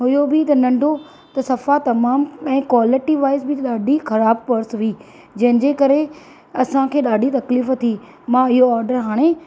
हुयो बि त नंढो त सफ़ा तमामु ऐं क्वालिटी वाइज़ बि ॾाढी ख़राब पर्स हुई जंहिंजे करे असांखे डा॒ढी तकलीफ़ु थी मां इहो ऑर्डर हाणे